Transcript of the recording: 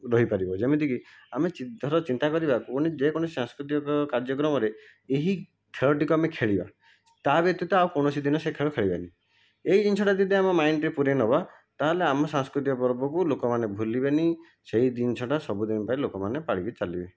ରହିପାରିବ ଯେମିତିକି ଆମେ ଧର ଚିନ୍ତା କରିବା ଯେ କୌଣସି ସାସ୍କୃତିକ କାର୍ଯ୍ୟକ୍ରମରେ ଏହି ଖେଳଟିକୁ ଆମେ ଖେଳିବା ତା' ବ୍ୟତୀତ ଆଉ କୌଣସି ଦିନ ସେ ଖେଳ ଖେଳିବାନି ଏହି ଜିନିଷଟା ଯଦି ଆମ ମାଇଣ୍ଡ୍ରେ ପୁରେଇନେବା ତା'ହେଲେ ଆମ ସାସ୍କୃତିକ ପର୍ବକୁ ଲୋକମାନେ ଭୁଲିବେନି ସେହି ଜିନିଷଟା ସବୁଦିନ ପାଇଁ ଲୋକମାନେ ପାଳିକି ଚାଲିବେ